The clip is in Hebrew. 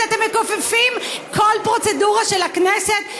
אז אתם מכופפים כל פרוצדורה של הכנסת?